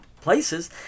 places